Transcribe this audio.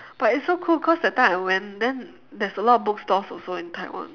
but it's so cool cause that time I went then there's a lot of bookstores also in taiwan